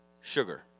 sugar